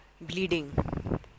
bleeding